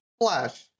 Flash